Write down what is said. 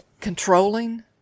controlling